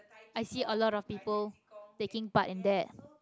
I see a lot of people taking part in that